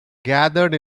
gathered